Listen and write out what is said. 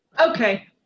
Okay